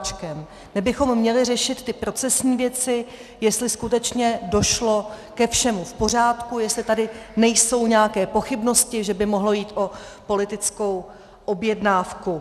My bychom měli řešit ty procesní věci, jestli skutečně došlo ke všemu v pořádku, jestli tady nejsou nějaké pochybnosti, že by mohlo jít o politickou objednávku.